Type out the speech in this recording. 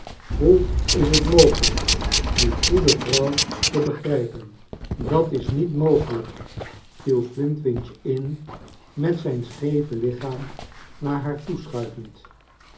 hoe is f t mogelijk die goede vrouw te i begrijpen dat is niet mogelijk viel flintwinch in met zijn scheve lichaam naar haar